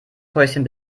häuschen